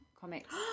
Comics